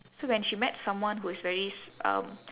so when she met someone who is very s~ um